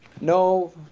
No